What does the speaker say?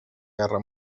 guerra